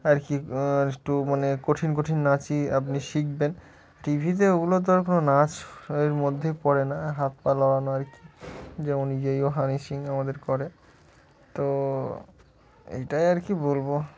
আর কি একটু মানে কঠিন কঠিন নাচই আপনি শিখবেন টি ভিতে ওগুলো তো আর কোনো নাচের মধ্যে পড়ে না হাত পা নাড়ানো আর কি যেমন ইয়ো ইয়ো হানি সিং আমাদের করে তো এটাই আর কী বলব